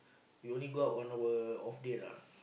we only go out on our off day lah